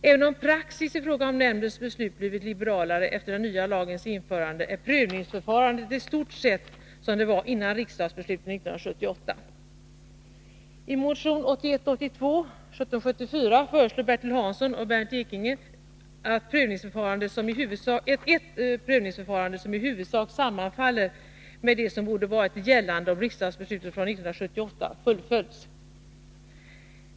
Även om praxis i fråga om nämndens beslut blivit liberalare efter den nya lagens införande är prövningsförfarandet i stort sett som det var före riksdagsbeslutet 1978. I motion 1981/82:1774 föreslår Bertil Hansson och Bernt Ekinge ett prövningsförfarande som i huvudsak sammanfaller med det som borde ha varit det gällande om riksdagsbeslutet från 1978 fullföljts.